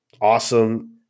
awesome